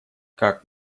как